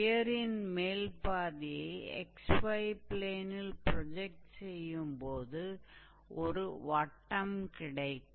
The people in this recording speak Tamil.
ஸ்பியரின் மேல் பாதியை xy ப்ளேனில் ப்ரொஜெக்ட் செய்யும்போது ஒரு வட்டம் கிடைக்கும்